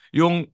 yung